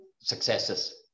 successes